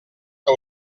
que